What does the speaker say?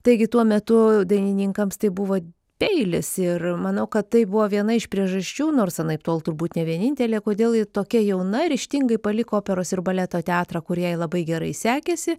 taigi tuo metu dainininkams tai buvo peilis ir manau kad tai buvo viena iš priežasčių nors anaiptol turbūt ne vienintelė kodėl ji tokia jauna ryžtingai paliko operos ir baleto teatrą kur jai labai gerai sekėsi